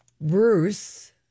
Bruce